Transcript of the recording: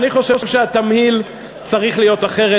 אני חושב שהתמהיל צריך להיות אחר,